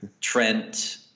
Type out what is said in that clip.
Trent